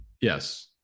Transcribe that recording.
Yes